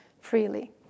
Freely